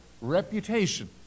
reputation